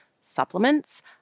supplements